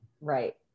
right